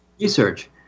research